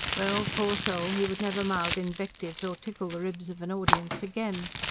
well, poor soul! he would never mouth invectives or tickle the ribs of an audience again.